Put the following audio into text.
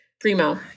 primo